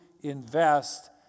invest